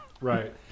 Right